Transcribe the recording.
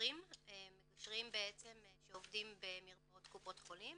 מגשרים שעובדים במרפאות קופות חולים